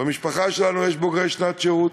במשפחה שלנו יש בוגרי שנת שירות,